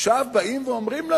עכשיו באים ואומרים לנו: